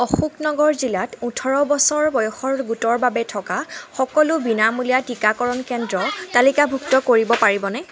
অশোকনগৰ জিলাত ওঠৰ বছৰ বয়সৰ গোটৰ বাবে থকা সকলো বিনামূলীয়া টিকাকৰণ কেন্দ্ৰ তালিকাভুক্ত কৰিব পাৰিবনে